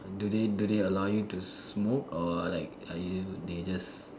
do they do they allow you to smoke or like are you they just